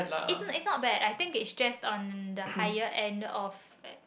is is not bad I think is it just on the higher end of